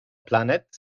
planet